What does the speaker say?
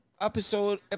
episode